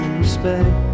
respect